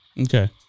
Okay